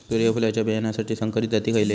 सूर्यफुलाच्या बियानासाठी संकरित जाती खयले?